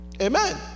Amen